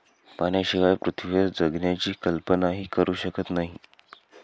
पाण्याशिवाय पृथ्वीवर जगण्याची कल्पनाही करू शकत नाही